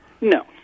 No